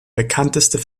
bekanntesten